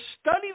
study